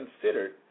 considered